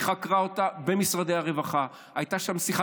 היא חקרה אותה במשרדי הרווחה, הייתה שם שיחה.